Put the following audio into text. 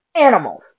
animals